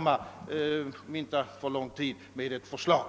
snart kan framlägga ett förslag.